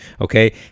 okay